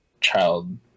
child